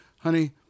honey